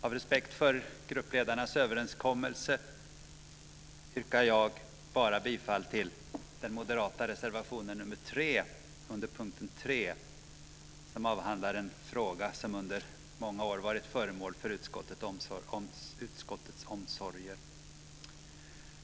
Av respekt för gruppledarnas överenskommelse yrkar jag bifall bara till den moderata reservationen nr 3 under punkt 3. Där avhandlas en fråga som under många år har varit föremål för utskottets omsorger.